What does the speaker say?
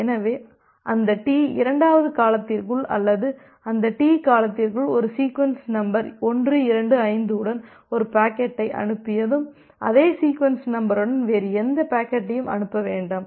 எனவே அந்த டி இரண்டாவது காலத்திற்குள் அல்லது அந்த டி காலத்திற்குள் ஒரு சீக்வென்ஸ் நம்பர் 125 உடன் ஒரு பாக்கெட்டை அனுப்பியதும் அதே சீக்வென்ஸ் நம்பருடன் வேறு எந்த பாக்கெட்டையும் அனுப்ப வேண்டாம்